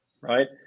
right